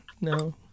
no